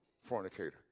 fornicator